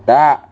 tak